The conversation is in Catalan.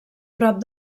prop